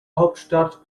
hauptstadt